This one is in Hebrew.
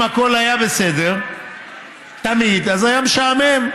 אם הכול היה בסדר תמיד, אז היה משעמם.